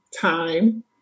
time